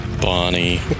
Bonnie